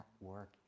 work